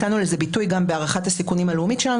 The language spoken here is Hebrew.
נתנו לזה ביטוי גם בהערכת הסיכונים הלאומית שלנו.